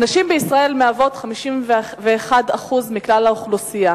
הנשים בישראל מהוות 51% מכלל האוכלוסייה,